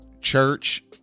church